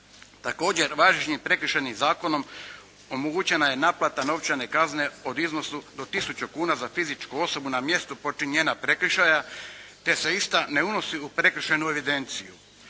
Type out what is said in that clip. Također važećim Prekršajnim zakonom omogućena je naplata novčane kazne u iznosu do tisuću kuna za fizičku osobu na mjestu počinjenja prekršaja te se ništa ne unosi u prekršajnu evidenciju,